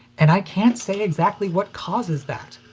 and i can't say exactly what causes that.